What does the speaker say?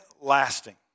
lasting